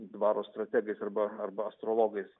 dvaro strategais arba arba astrologais